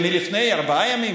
לפני ארבעה ימים.